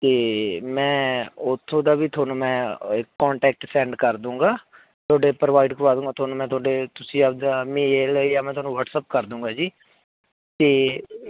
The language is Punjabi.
ਅਤੇ ਮੈਂ ਉੱਥੋਂ ਦਾ ਵੀ ਤੁਹਾਨੂੰ ਮੈਂ ਕੋਂਟੈਕਟ ਸੈਂਡ ਕਰ ਦੂੰਗਾ ਤੁਹਾਡੇ ਪ੍ਰੋਵਾਈਡ ਕਰਵਾ ਦੂੰਗਾ ਤੁਹਾਨੂੰ ਮੈਂ ਤੁਹਾਡੇ ਤੁਸੀਂ ਆਪਦਾ ਮੇਲ ਜਾਂ ਮੈਂ ਤੁਹਾਨੂੰ ਵਟਸਐਪ ਕਰ ਦੂੰਗਾ ਜੀ ਅਤੇ